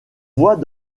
voit